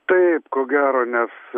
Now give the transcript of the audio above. taip ko gero nes